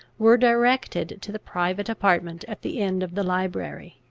were directed to the private apartment at the end of the library.